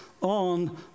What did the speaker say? on